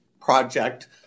project